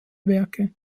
werke